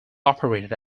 operated